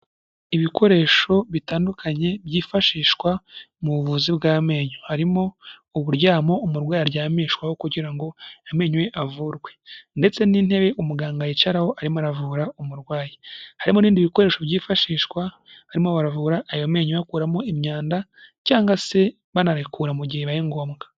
Ibikoresho bitandukanye byifashishwa mu buvuzi bw'amenyo. Harimo uburyamo umurwayi aryamishwaho kugira ngo amenyo avurwe. Ndetse n'intebe umuganga yicaraho arimo aravura umurwayi. Harimo n'ibindi bikoresho byifashishwa barimo baravura ayo menyo bakuramo imyanda cyangwa se banarikura mu gihe bibaye ngombwa.